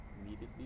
immediately